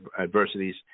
adversities